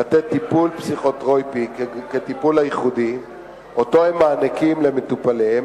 לתת טיפול פסיכותרפויטי כטיפול הייחודי שהם מעניקים למטופליהם,